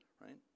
right